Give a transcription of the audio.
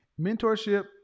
Mentorship